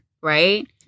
Right